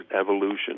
evolution